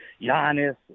Giannis